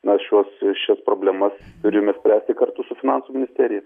na šiuos šias problemas turime spręsti kartu su finansų ministerija